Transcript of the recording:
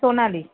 Sonali